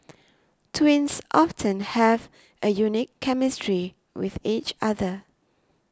twins often have a unique chemistry with each other